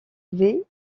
élevé